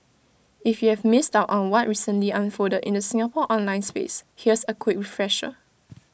if you've missed out on what recently unfolded in the Singapore online space here's A quick refresher